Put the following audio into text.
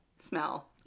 smell